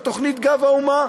בתוכנית "גב האומה".